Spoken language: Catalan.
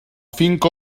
finca